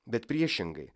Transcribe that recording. bet priešingai